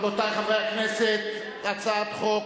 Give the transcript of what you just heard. רבותי חברי הכנסת, הצעת חוק,